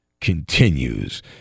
continues